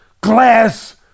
glass